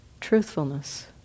Truthfulness